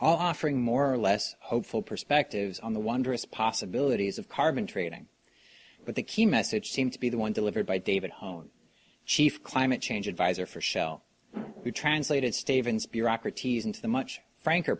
offering more or less hopeful perspectives on the wondrous possibilities of carbon trading but the key message seemed to be the one delivered by david hone chief climate change adviser for shell retranslated stay vince bureaucracies into the much frank